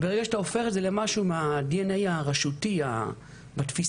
ברגע שאתה הופך את למשהו מה-DNA הרשותי בתפיסה,